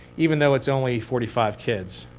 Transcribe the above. even though it's only forty five kids.